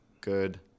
Good